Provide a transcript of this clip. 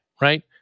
right